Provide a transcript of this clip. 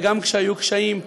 וגם כשהיו קשיים,